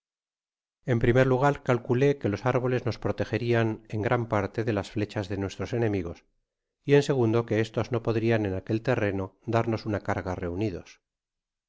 en primer lugar calculé que los árboles nos protegerian en gran parte de las flechas de nuestros enemigos y en segundo que estos no podrian en aquel terreno darnos una carga reunidos